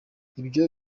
ibyo